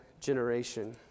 generation